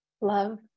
love